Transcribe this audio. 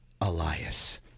Elias